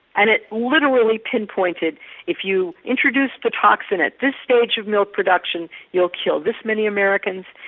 and it literally pinpointed if you introduce the toxin at this stage of milk production you'll kill this many americans,